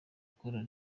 akora